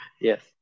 Yes